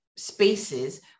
spaces